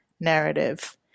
narrative